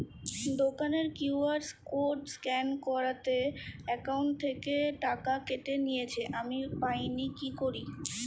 দোকানের QR code scan করাতে account থেকে টাকা কেটে নিয়েছে, আমি পাইনি কি করি?